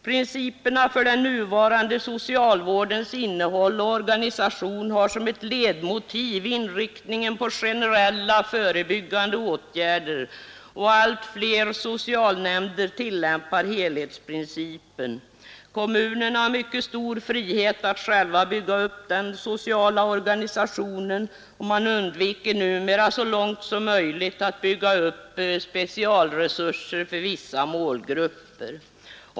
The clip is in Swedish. Principerna för den nuvarande socialvårdens innehåll och organisation har som ett ledmotiv inriktningen på generella, förebyggande åtgärder, och allt fler socialnämnder tillämpar helhetsprincipen. Kommunerna har mycket stor frihet att själva bygga upp den sociala organisationen, och man undviker numera så långt som möjligt att bygga upp specialresurser för vissa målgrupper.